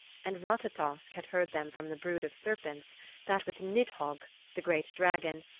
and ratatosk had heard them from the brood of serpents that with nidhogg, the great dragon,